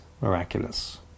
miraculous